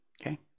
okay